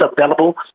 available